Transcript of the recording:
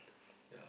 yeah